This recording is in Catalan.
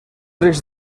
risc